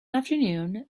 afternoon